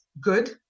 good